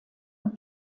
und